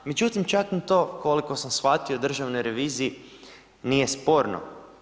Međutim, čak ni to koliko sam shvatio državnoj reviziji nije sporno.